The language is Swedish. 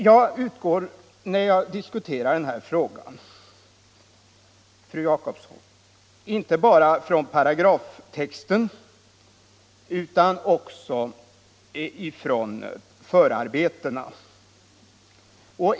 Jag utgår när jag diskuterar den här frågan, fru Jacobsson, inte bara från paragraftexten utan också från förarbetena.